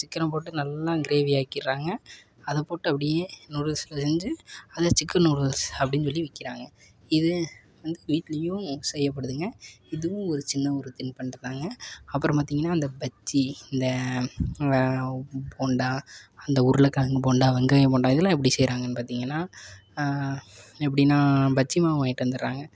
சிக்கனை போட்டு நல்லா க்ரேவி ஆக்கிடுறாங்க அதைப் போட்டு அப்படியே நூடுல்ஸ்ஸை செஞ்சு அதை சிக்கன் நூடுல்ஸ் அப்படின்னு சொல்லி விற்கிறாங்க இது வந்து வீட்டிலையும் செய்யப்படுதுங்க இதுவும் சின்ன ஒரு தின்பண்டம் தாங்க அப்புறம் பார்த்தீங்கன்னா அந்த பஜ்ஜி இந்த போண்டா அந்த உருளைக் கெழங்கு போண்டா வெங்காய போண்டா இதெல்லாம் எப்படி செய்கிறாங்கன்னு பார்த்தீங்கன்னா எப்படின்னா பஜ்ஜி மாவு வாங்கிட்டு வந்துடுறாங்க